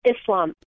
Islam